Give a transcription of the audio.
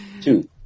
Two